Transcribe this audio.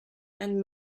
and